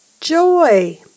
joy